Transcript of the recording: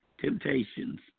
temptations